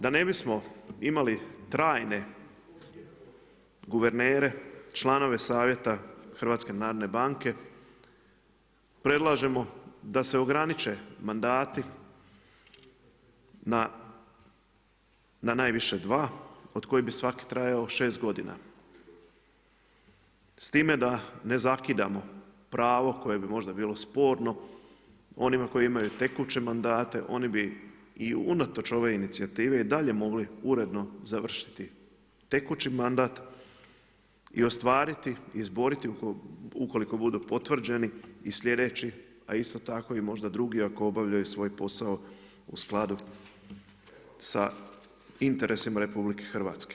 Da ne bismo imali trajne guvernere, članove savjeta HNB-a predlažemo da se ograniče mandati na najviše dva od kojih bi svaki trajao šest godina s time da ne zakidamo pravo koje bi možda bilo sporno onima koji imaju tekuće mandate oni bi i unatoč ove inicijative i dalje mogli uredno završiti tekući mandat i ostvariti i izboriti ukoliko budu potvrđeni i sljedeći, a isto tako možda i drugi ako obavljaju svoj posao u skladu sa interesima RH.